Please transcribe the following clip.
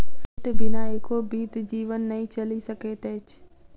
वित्त बिना एको बीत जीवन नै चलि सकैत अछि